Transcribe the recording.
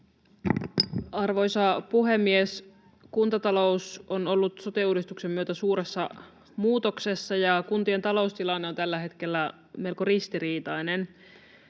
Arvoisa puhemies! Kuntatalous on ollut sote-uudistuksen myötä suuressa muutoksessa, ja kuntien taloustilanne on tällä hetkellä melko ristiriitainen.